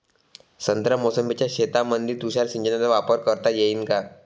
संत्रा मोसंबीच्या शेतामंदी तुषार सिंचनचा वापर करता येईन का?